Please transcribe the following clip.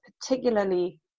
particularly